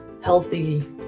healthy